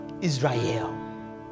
Israel